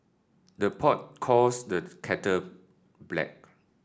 the pot calls the kettle black